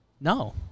No